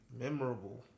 Memorable